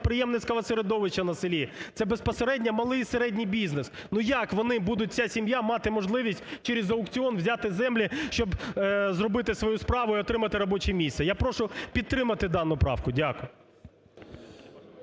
підприємницького середовища на селі, це безпосередньо малий і середній бізнес. Ну як вони будуть, вся сім'я, мати можливість через аукціон взяти землі, щоб зробити свою справу і отримати робоче місце. Я прошу підтримати дану правку. Дякую.